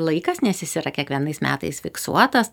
laikas nes jis yra kiekvienais metais fiksuotas